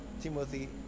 Timothy